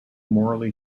morally